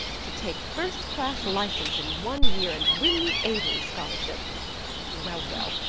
to take first class license in one year and win the avery scholarship well, well,